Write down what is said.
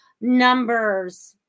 numbers